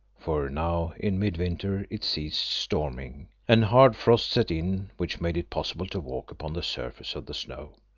for now in mid-winter it ceased storming, and hard frost set in, which made it possible to walk upon the surface of the snow.